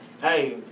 Hey